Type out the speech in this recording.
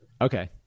Okay